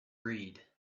read